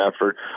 effort